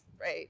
right